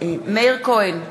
מאיר כהן,